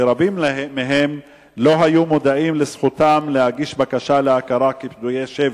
ורבים מהם לא היו מודעים לזכותם להגיש בקשה להכרה כפדויי שבי.